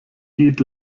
geht